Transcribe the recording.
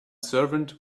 servant